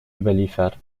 überliefert